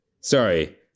Sorry